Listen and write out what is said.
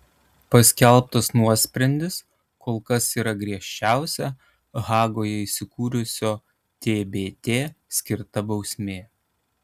paskelbtas nuosprendis kol kas yra griežčiausia hagoje įsikūrusio tbt skirta bausmė